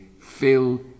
fill